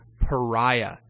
pariah